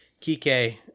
Kike